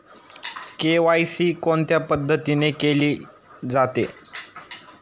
KYC कोणत्या पद्धतीने केले जाते?